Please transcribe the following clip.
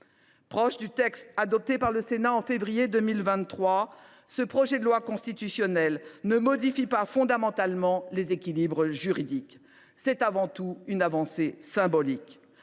Proche du texte adopté par le Sénat en février 2023, ce projet de loi constitutionnelle ne modifie pas fondamentalement les équilibres juridiques. C’est avant tout une avancée symbolique.